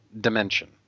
dimension